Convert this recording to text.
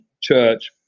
Church